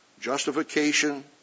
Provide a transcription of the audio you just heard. justification